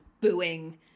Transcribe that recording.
booing